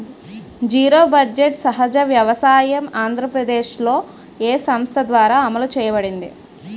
Zero budget సహజ వ్యవసాయం ఆంధ్రప్రదేశ్లో, ఏ సంస్థ ద్వారా అమలు చేయబడింది?